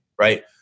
right